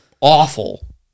awful